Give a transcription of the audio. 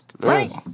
Right